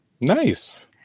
Nice